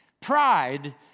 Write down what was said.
Pride